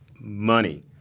money